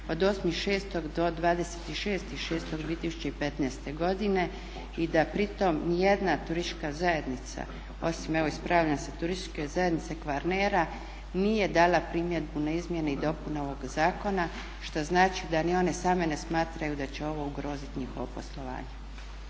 od 8.6.do 26.6.2015.godine i da pri tom nijedna turistička zajednica osim evo ispravljam se, Turističke zajednice Kvarnera nije dala primjedbu na izmjene i dopune ovog zakona što znači da ni one same ne smatraju da će ovo ugroziti njihovo poslovanje.